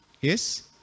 Yes